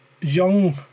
young